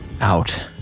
out